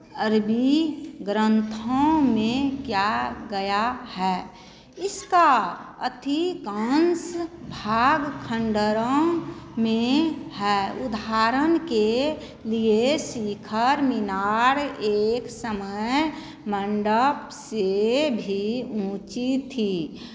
अरबी ग्रंथों में क्या गया है इसका अधिकांश भाग खंडहरों में है उदहारण के लिए शिखर मीनार एक समय मंडप से भी ऊँची थी